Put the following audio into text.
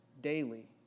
daily